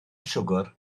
siwgr